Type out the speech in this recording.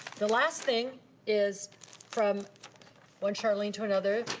the last thing is from one charlene to another.